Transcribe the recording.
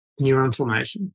neuroinflammation